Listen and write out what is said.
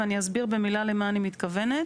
ואני אסביר במילה למה אני מתכוונת.